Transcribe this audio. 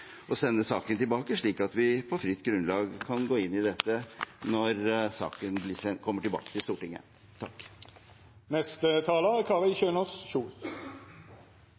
å sende saken tilbake, slik at vi på fritt grunnlag kan gå inn i dette når saken kommer tilbake til Stortinget.